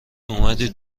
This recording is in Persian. اومدی